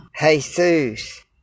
Jesus